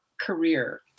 career